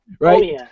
right